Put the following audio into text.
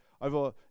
over